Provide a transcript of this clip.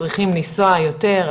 צריכים לנסוע יותר,